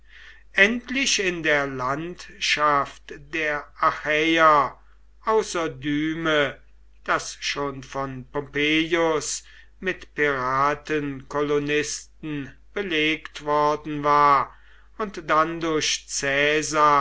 endlich in der landschaft der achäer außer dyme das schon von pompeius mit piratenkolonisten belegt worden war und dann durch